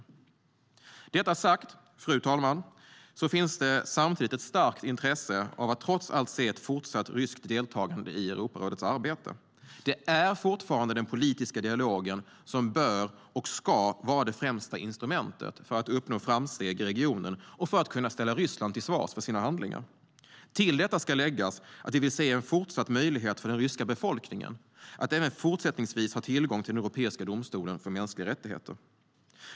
Med detta sagt, fru talman, finns det samtidigt ett starkt intresse av att trots allt se ett fortsatt ryskt deltagande i Europarådets arbete. Det är fortfarande den politiska dialogen som bör och ska vara det främsta instrumentet för att uppnå framsteg i regionen och för att kunna ställa Ryssland till svars för sina handlingar. Till detta ska läggas att vi vill se en möjlighet för den ryska befolkningen att även fortsättningsvis kunna ha tillgång till Europeiska domstolen för de mänskliga rättigheterna.